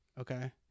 Okay